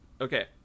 Okay